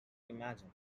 imagine